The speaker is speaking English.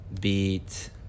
beat